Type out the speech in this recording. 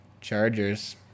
Chargers